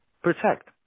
Protect